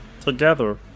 Together